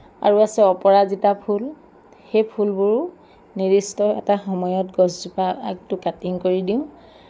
আৰু আছে অপৰাজিতা ফুল সেই ফুলবোৰো নিৰ্দিষ্ট এটা সময়ত গছজোপা আগটো কাটিং কৰি দিওঁ